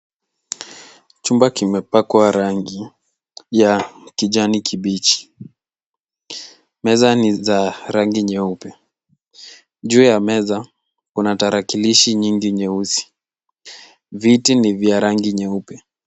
Chumba kimepakwa rangi ya kijani kibichi. Meza ni za rangi nyeupe. Juu ya meza kuna tarakilishi nyingi nyeusi, viti ni vya rangi nyeupe.